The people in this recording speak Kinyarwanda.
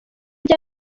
rya